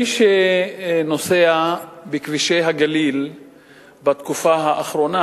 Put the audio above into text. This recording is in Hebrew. מי שנוסע בכבישי הגליל בתקופה האחרונה